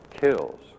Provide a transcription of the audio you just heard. kills